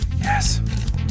Yes